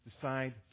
decide